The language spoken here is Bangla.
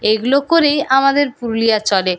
এইগুলো করেই আমাদের পুরুলিয়া চলে